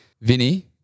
Vinny